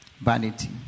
vanity